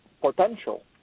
potential